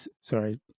sorry